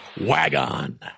Wagon